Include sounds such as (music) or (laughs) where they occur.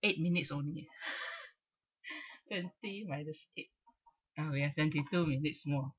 eight minutes only (laughs) twenty minutes eight oh yes twenty two minutes more